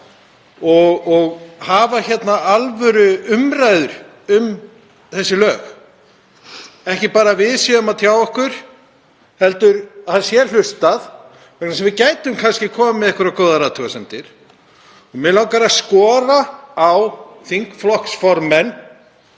og hafa hér alvöruumræður um þessi lög. Ekki bara að við séum að tjá okkur, heldur að það sé hlustað, vegna þess að við gætum kannski komið með einhverjar góðar athugasemdir. Mig langar að skora á þingflokksformenn